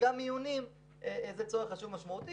וגם מיונים זה צורך חשוב ומשמעותי,